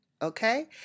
Okay